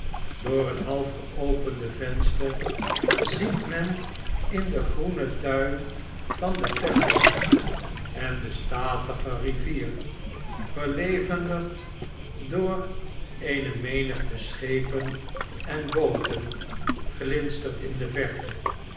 door het half geopende venster ziet men in den groenen tuin van de temple en de statige rivier verlevendigd door eene menigte schepen en booten glinstert in de verte